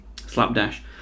slapdash